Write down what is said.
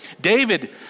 David